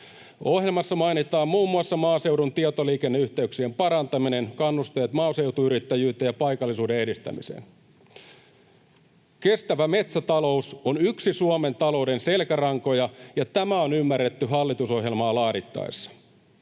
Ohjelmassa mainitaan muun muassa maaseudun tietoliikenneyhteyksien parantaminen, kannusteet maaseutuyrittäjyyteen ja paikallisuuden edistämiseen. Kestävä metsätalous on yksi Suomen talouden selkärankoja, ja tämä on ymmärretty hallitusohjelmaa laadittaessa.